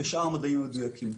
בשאר המדעים המדויקים.